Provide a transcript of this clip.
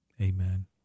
Amen